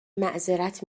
معذرت